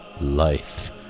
life